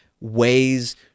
ways